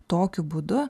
tokiu būdu